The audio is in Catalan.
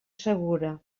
segura